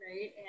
right